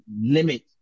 limit